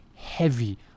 heavy